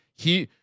he,